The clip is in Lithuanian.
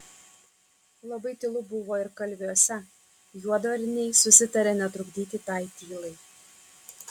labai tylu buvo ir kalviuose juodvarniai susitarė netrukdyti tai tylai